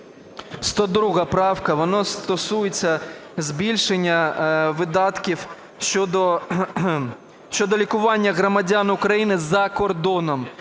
102 поправка. Вона стосується збільшення видатків щодо лікування громадян України за кордоном.